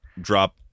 drop